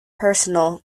personal